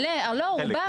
רובם.